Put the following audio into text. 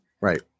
Right